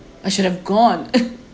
I should have gone